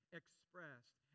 expressed